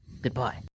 Goodbye